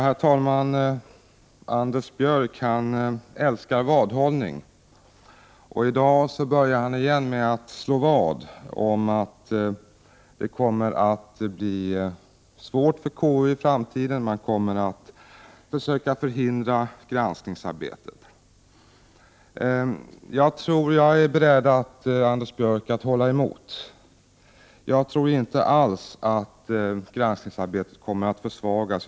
Herr talman! Anders Björck älskar vadhållning. I dag började han igen med att slå vad om att det kommer att bli svårt för KU i framtiden. Man kommer att försöka förhindra granskningsarbetet. Jag är beredd, Anders Björck, att hålla emot. Jag tror inte alls att granskningsarbetet kommer att försvagas.